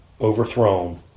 overthrown